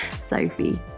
Sophie